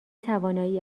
توانایی